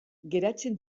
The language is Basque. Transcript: geratzen